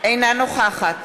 אינה נוכחת